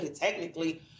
technically